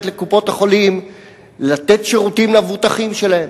לקופות-החולים לתת שירותים למבוטחים שלהן,